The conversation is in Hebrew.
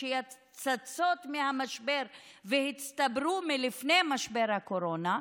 שצצות מהמשבר והצטברו מלפני משבר הקורונה,